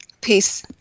Peace